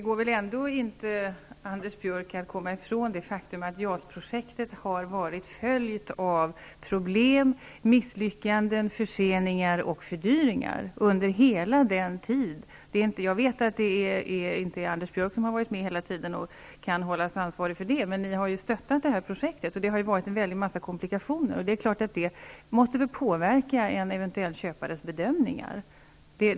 Fru talman! Det går inte att komma ifrån det faktum, Anders Björck, att JAS-projektet har varit förföljt av problem, misslyckanden, förseningar och fördyringar. Jag vet att Anders Björck inte har varit med hela tiden och alltså inte kan hållas ansvarig. Men ni moderater har ju stött projektet, och det har varit en mängd komplikationer. Det är klart att sådant måste påverka en eventuell köpares bedömningar.